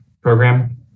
program